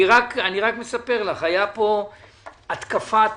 היתה פה התקפת